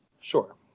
sure